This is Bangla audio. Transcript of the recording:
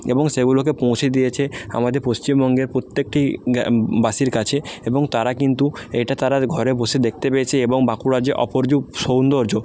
এবং সেগুলোকে পৌঁছে দিয়েছে আমাদের পশ্চিমবঙ্গের প্রত্যেকটি বাসীর কাছে এবং তারা কিন্তু এটা তারা ঘরে বসে দেখতে পেয়েছে এবং বাঁকুড়ার যে অপরূপ সৌন্দর্য